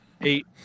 Eight